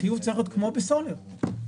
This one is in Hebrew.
החיוב צריך להיות כמו בסולר - ליטרים.